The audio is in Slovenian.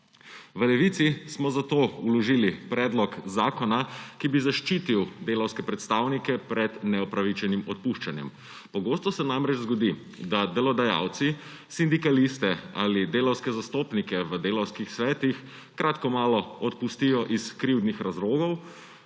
V Levici smo zato vložili predlog zakona, ki bi zaščitil delavske predstavnike pred neupravičenim odpuščanjem. Pogosto se namreč zgodi, da delodajalci sindikaliste ali delavske zastopnike v delavskih svetih kratko malo odpustijo iz krivdnih razlogov